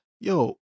yo